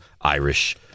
Irish